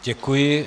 Děkuji.